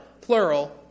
plural